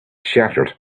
shattered